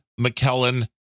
McKellen